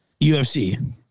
ufc